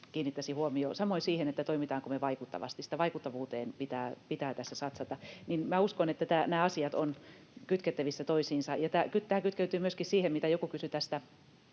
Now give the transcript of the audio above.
kiinnittäisin huomiota, samoin siihen, toimitaanko me vaikuttavasti. Siihen vaikuttavuuteen pitää tässä satsata. Minä uskon, että nämä asiat ovat kytkettävissä toisiinsa. Ja tämä kytkeytyy myöskin siihen, mitä joku kysyi tästä